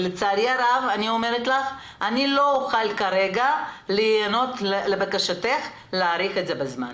לצערי הרב אני לא אוכל כרגע להיענות לבקשתך להאריך את הזמן.